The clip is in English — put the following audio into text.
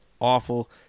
awful